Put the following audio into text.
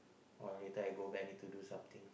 oh later I go back need to do something